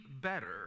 better